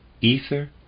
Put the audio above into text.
ether